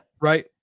Right